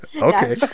Okay